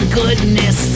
goodness